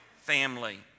family